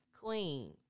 Queen